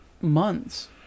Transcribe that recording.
months